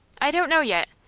i don't know yet.